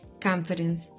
confidence